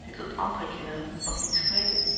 die tot andere kinderen nog niet spreken